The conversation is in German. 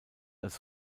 als